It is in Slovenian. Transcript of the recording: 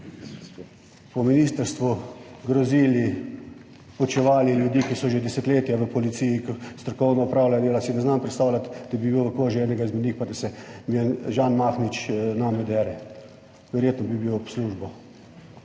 po ministrstvu, grozili, poučevali ljudi, ki so že desetletja v policiji, ki strokovno opravljali dela. Si ne znam predstavljati, da bi bil v koži enega izmed njih pa, da se eden Žan Mahnič na mene dere. Verjetno bi bil ob službo.